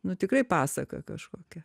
nu tikrai pasaka kažkokia